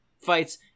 fights